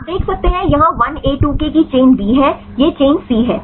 आप देख सकते हैं यहाँ 1A2K की चेन B है यह चैन C है